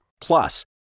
Plus